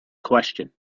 question